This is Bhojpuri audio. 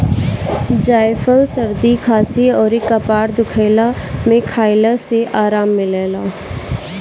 जायफल सरदी खासी अउरी कपार दुखइला में खइला से आराम मिलेला